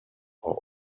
are